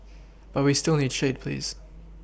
but we still need shade please